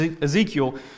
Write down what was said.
Ezekiel